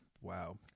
Wow